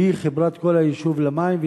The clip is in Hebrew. והיא חיברה את כל היישוב למים.